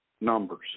numbers